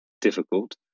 difficult